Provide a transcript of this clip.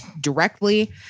directly